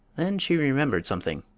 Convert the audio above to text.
then she remembered something.